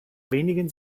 wenigen